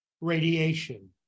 radiation